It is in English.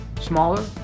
Smaller